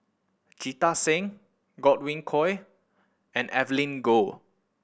Jita Singh Godwin Koay and Evelyn Goh